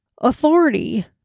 authority